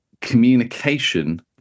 communication